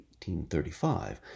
1835